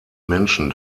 menschen